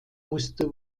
musste